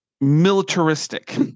militaristic